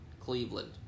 Cleveland